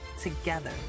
together